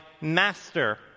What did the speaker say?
master